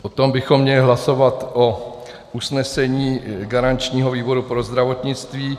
Potom bychom měli hlasovat o usnesení garančního výboru pro zdravotnictví.